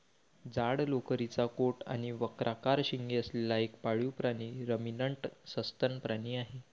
जाड लोकरीचा कोट आणि वक्राकार शिंगे असलेला एक पाळीव प्राणी रमिनंट सस्तन प्राणी आहे